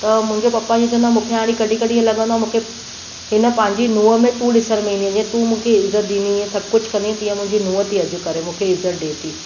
त मुंहिंजो पप्पा हीअं चवंदो आहे मूंखे हाणे कॾहिं कॾहिं हीअं लॻंदो आहे कि मूंखे हिन पंहिंजी नुंहं में तूं ॾिसण में ईंदी ऐं जीअं तूं मूंखे इज़त ॾींदी हुईअं सभु कुझु कंदी हुईअं तीअं मुंहिंजी नुंहुं थी अॼु करे मूंखे इज़त ॾे थी